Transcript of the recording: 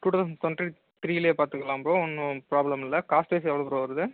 scooter twenty three லியே பார்த்துக்கலாம் bro ஒன்றும் ப்ராப்ளம் இல்லை காஸ்டேஜ் எவ்வளோ ப்ரோ வருது